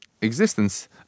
existence